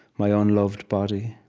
my unloved body,